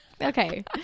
okay